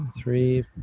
three